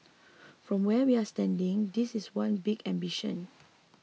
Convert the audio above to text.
from where we're standing that is one big ambition